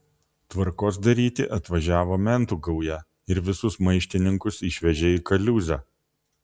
tvarkos daryti atvažiavo mentų gauja ir visus maištininkus išvežė į kaliūzę